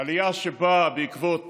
עלייה שבאה בעקבות